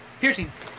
piercings